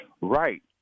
Right